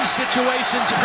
situations